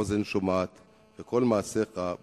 שרון בשנת 2004 ולהשוות את תקציבי ההכנות